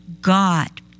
God